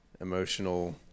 emotional